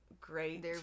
great